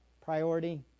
Priority